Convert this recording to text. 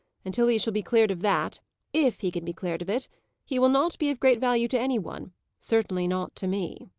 until he shall be cleared of that if he can be cleared of it he will not be of great value to any one certainly not to me.